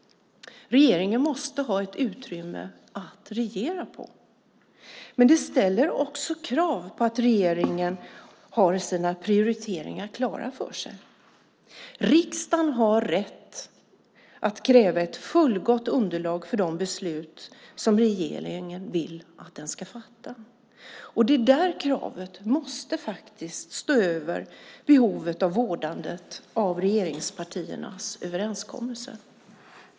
Regeringen måste ha ett utrymme att regera på. Men det ställer också krav på att regeringen har sina prioriteringar klara för sig. Riksdagen har rätt att kräva ett fullgott underlag för de beslut som regeringen vill att den ska fatta. Det är där kravet måste stå över behovet av vårdandet av regeringspartiernas överenskommelse.